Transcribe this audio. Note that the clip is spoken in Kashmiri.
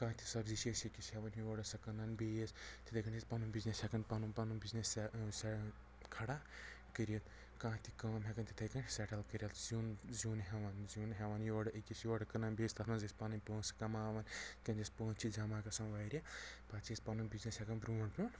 کانٛہہ تہِ سبٕزی چھِ أسۍ أکِس ہٮ۪وان یورٕ سۄ کٕنان بیٚیِس تِتھٕے کٔنۍ چھِ أسۍ پنُن بِزنٮ۪س ہٮ۪کن پنُن پنُن بِزنِٮ۪س سیہ أسۍ کھڑا کٔرتھ کانٛہہ تہِ کٲم ہٮ۪کان تِتھٕے کٔنۍ سٮ۪ٹٕلۍ کٔرتھ سیُن زیُن ہٮ۪وان زیُن ہٮ۪وان یورٕ أکِس یورٕ کٕنان بیٚیِس تتھ منٛز یُس پنٕنۍ پۄنٛسہِ کماون یِتھ کٔنۍ اسہِ پۄنٛسہِ چھِ جمع گژھان واریاہ پتہٕ چھِ اسۍ پنُن بِزنِٮ۪س ہٮ۪کان برٛونٛٹھ برٛونٛٹھ